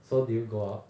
so did you go out